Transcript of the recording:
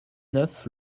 neuf